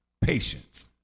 patience